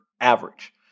average